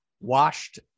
washed